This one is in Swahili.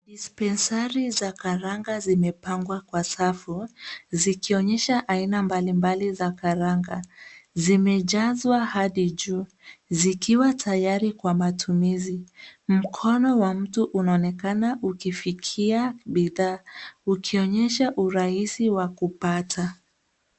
Dispenseri za karanga zimepangwa kwa safu zikionyesha aina mbali mbali za karanga. Zimejazwa hadi juu zikiwa tayari kwa matumizi. Mkono wa watu unaonekana ukifikia bidhaa ukionyesha urahisi wa kupata.